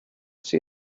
see